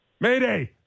Mayday